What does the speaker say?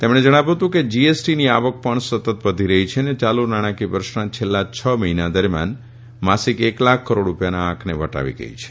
તેમણે જણાવ્યું હતું કે જીએસટીની આવક પણ સતત વધી રહી છે અને યાલુ નાણાંકીય વર્ષના છેલ્લા છ મહિના દરમિયાન માસિક એક લાખ કરોડ રૂપિયાના આંકને વટાવી ગઇ છે